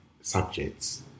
subjects